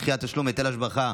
דחיית תשלום היטל השבחה